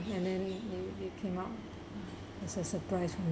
and then they they came out as a surprise